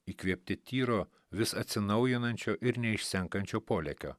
įkvėpti tyro vis atsinaujinančio ir neišsenkančio polėkio